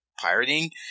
pirating